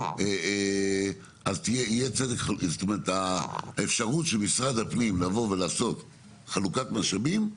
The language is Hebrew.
אז האפשרות של משרד הפנים לעשות חלוקת משאבים,